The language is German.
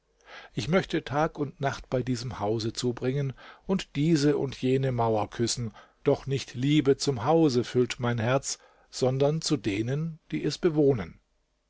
ich möchte tag und nacht bei diesem hause zubringen und diese und jene mauer küssen doch nicht liebe zum hause füllt mein herz sondern zu denen die es bewohnen